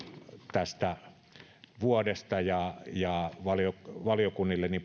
tästä vuodesta ja ja valiokunnille niin